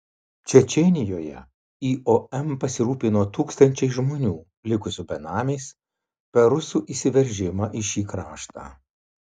čečėnijoje iom pasirūpino tūkstančiais žmonių likusių benamiais per rusų įsiveržimą į šį kraštą